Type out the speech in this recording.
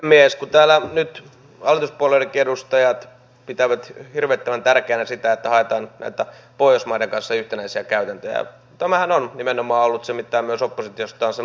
kun täällä nyt hallituspuolueidenkin edustajat pitävät hirvittävän tärkeänä sitä että haetaan pohjoismaiden kanssa yhtenäisiä käytäntöjä niin tämähän on nimenomaan ollut se mitä myös oppositiosta on sanottu että haettaisiin niitä